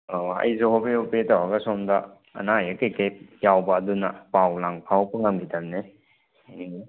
ꯑꯣ ꯑꯩꯁꯨ ꯍꯣꯕꯦ ꯍꯣꯕꯦ ꯇꯧꯔꯒ ꯁꯣꯝꯗ ꯑꯅꯥ ꯑꯌꯦꯛ ꯀꯩ ꯀꯩ ꯌꯥꯎꯕ ꯑꯗꯨꯅ ꯄꯥꯎ ꯂꯥꯡ ꯐꯥꯎꯔꯛꯄ ꯉꯝꯈꯤꯗꯕꯅꯤ